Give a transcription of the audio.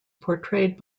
portrayed